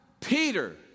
Peter